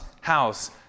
house